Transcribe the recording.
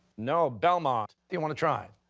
no. belmont, you want to try it?